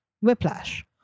Whiplash